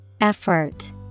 Effort